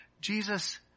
Jesus